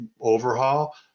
overhaul